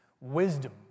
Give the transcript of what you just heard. wisdom